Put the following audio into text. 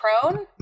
prone